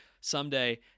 someday